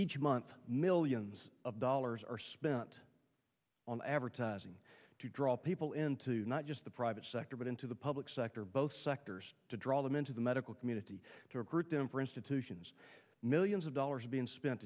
each month millions of dollars are spent on advertising to draw people into not just the private sector but into the public sector both sectors to draw them into the medical community to recruit them for institutions millions of dollars being spent